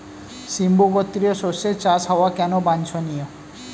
সিম্বু গোত্রীয় শস্যের চাষ হওয়া কেন বাঞ্ছনীয়?